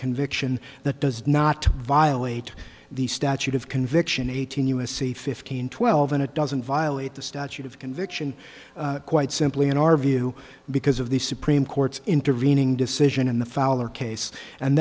conviction that does not violate the statute of conviction eighteen u s c fifteen twelve and it doesn't violate the statute of conviction quite simply in our view because of the supreme court's intervening decision in the fall or case and